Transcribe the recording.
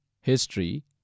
History